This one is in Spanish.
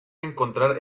encontrar